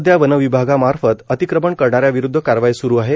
सध्या वनविभागामार्फत अतिक्रमण करणाऱ्या विरुद्ध कारवाई सुरू आहे